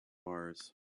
mars